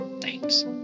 Thanks